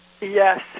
Yes